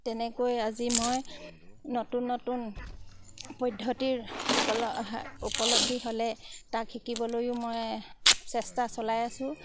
তেনেকৈ আজি মই নতুন নতুন পদ্ধতিৰ উপলা উপলব্ধি হ'লে তাক শিকিবলৈও মই চেষ্টা চলাই আছোঁ